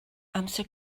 amser